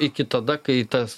iki tada kai tas